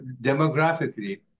demographically